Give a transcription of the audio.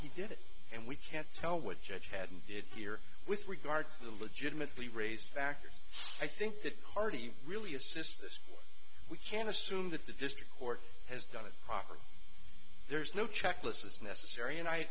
he did it and we can't tell what judge hadn't did here with regard to the legitimately raised factors i think that party really is just as we can assume that the district court has done it properly there's no checklist that's necessary and i